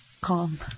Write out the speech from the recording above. calm